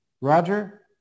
Roger